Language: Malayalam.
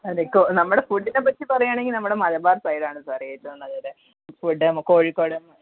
അതെ കൊ നമ്മുടെ ഫുഡ്ഡിനെപ്പറ്റി പറയാണെങ്കിൽ നമ്മുടെ മലബാർ സൈഡാണ് സാറേറ്റോം നല്ലത് ഇ ഫുഡ്ഡ് കോഴിക്കോട്